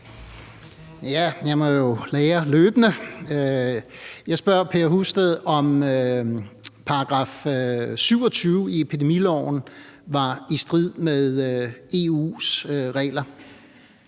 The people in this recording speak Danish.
jeg må jo lære løbende. Jeg spørger Per Husted, om § 27 i epidemiloven var i strid med EU's regler.